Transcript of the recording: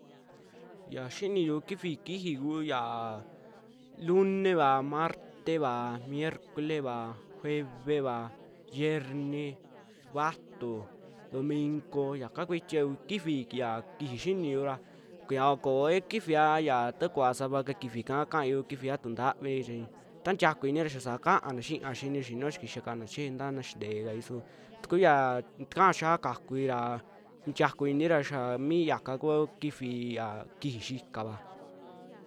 Yaa xiniyuu kifii kijií ku yaa luneva, marteva, miercoleva, jueveva, xiierni, suuva'atio, domingo kaka kuitiva kuu kifi ya kijii xiniuu ya kia kooi kijivia kaa kuayuu kifiaa tu'uu nta'avi chi taa ntii tiaaku i'ini xaa saa kaana xiaa xinio, xiniiyo xaa kixakana cheje ntanaa xitee kai su ta kuu yaa takaa chiaa kakui ra nitiaku i'inira xiaa mia kaa kuu kifii ya kijii xikava.